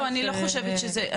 לא, אני לא חושבת שזה מוקדם.